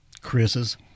Chris's